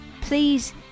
please